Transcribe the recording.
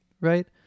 Right